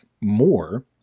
more